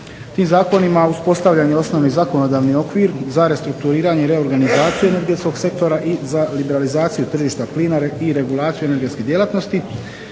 Tim zakonima uspostavljen je osnovni zakonodavni okvir za restrukturiranje i reorganizaciju energetskog sektora i za liberalizaciju tržišta plina i regulaciju energetske djelatnosti,